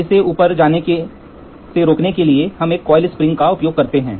तो इस ऊपर की चाल के लिए एक प्रतिरोध दिया जाता है इसलिए हम एक कॉइल स्प्रिंग का उपयोग करते हैं